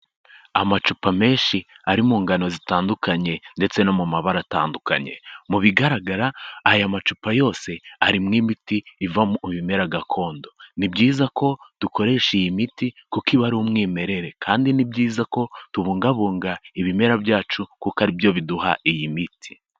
Amacupa menshi ari mu ngano zitandukanye, ndetse no mu mabara atandukanye, mu bigaragara aya macupa yose arimo imiti ivamo ibimera gakondo, ni byiza ko dukoresha iyi miti, kuko iba ari umwimerere, kandi ni byiza ko tubungabunga ibimera byacu kuko aribyo biduha iyi miti.